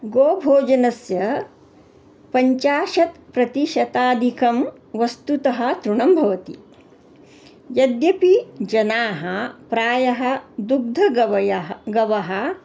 गोभोजनस्य पञ्चाशत् प्रतिशतादिकं वस्तुतः तृणं भवति यद्यपि जनाः प्रायः दुग्धगवयः गावः